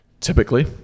Typically